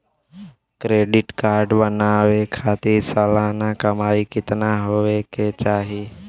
Credit card बनवावे खातिर सालाना कमाई कितना होए के चाही?